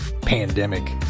pandemic